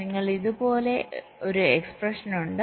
നിങ്ങൾക്ക് ഇതുപോലൊരു എക്സ്പ്രെഷൻ ഉണ്ട്